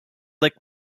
lick